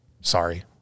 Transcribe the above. Sorry